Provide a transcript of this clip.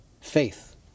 faith